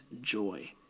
joy